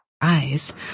eyes